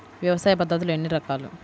వ్యవసాయ పద్ధతులు ఎన్ని రకాలు?